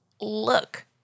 look